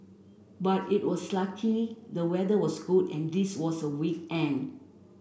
but it was lucky the weather was good and this was a weekend